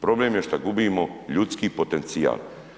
Problem je šta gubimo ljudski potencijal.